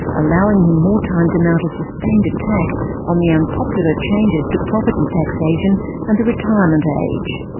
allowing him more time to mount a sustained attack on the unpopular changes to property taxation and the retirement age.